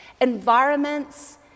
environments